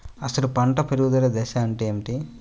అసలు పంట పెరుగుదల దశ అంటే ఏమిటి?